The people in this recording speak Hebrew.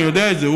אני יודע את זה,